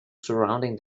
surrounding